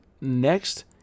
next